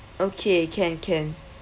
okay can can